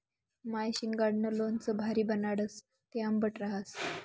माय शिंगाडानं लोणचं भारी बनाडस, ते आंबट रहास